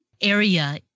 area